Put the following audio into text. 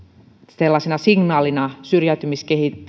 sellaisena signaalina syrjäytymiskehityksen